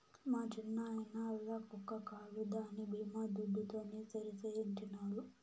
మా చిన్నాయిన ఆల్ల కుక్క కాలు దాని బీమా దుడ్డుతోనే సరిసేయించినాడు